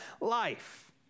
life